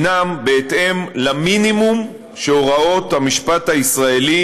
הם בהתאם למינימום שהוראות המשפט הישראלי